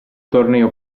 torneo